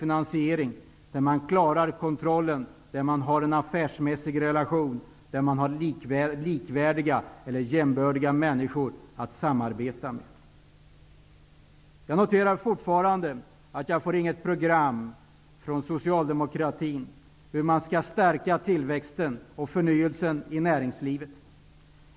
Man vill klara kontrollen, ha en affärsmässig relation och ha likvärdiga och jämbördiga människor att samarbeta med. Jag har fortfarande inte fått något program från Socialdemokraterna för hur man skall stärka tillväxten och förnyelsen i näringslivet.